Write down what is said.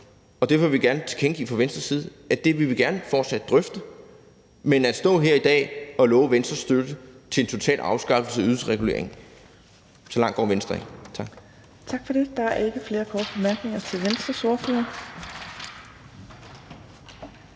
dag. Derfor vil vi gerne tilkendegive fra Venstres side, at vi fortsat gerne vil drøfte det, men i forhold til at stå her i dag og love Venstres støtte til en total afskaffelse af ydelsesreguleringen vil jeg sige: Så langt går Venstre ikke. Tak.